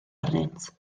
arnynt